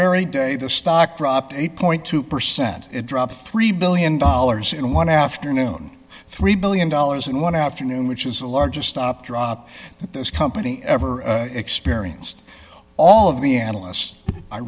very day the stock dropped eight two percent it dropped three billion dollars in one afternoon three billion dollars in one afternoon which is the largest stop drop this company ever experienced all of the analysts i